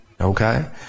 okay